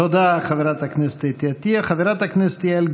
תודה, חברת הכנסת אתי עטייה.